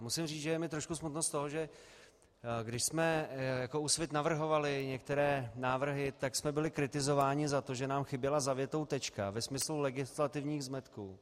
Musím říci, že je mi trošku smutno z toho, že když jsme jako Úsvit navrhovali některé návrhy, tak jsme byli kritizováni za to, že nám chyběla za větou tečka ve smyslu legislativních zmetků.